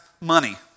money